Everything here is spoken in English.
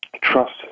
trust